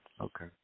Okay